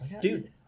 dude